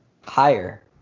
Higher